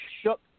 shook